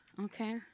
okay